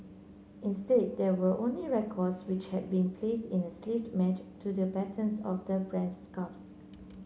instead there were only records which had been placed in the sleeves matched to the patterns of the brand's scarves